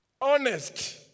honest